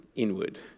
inward